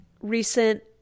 recent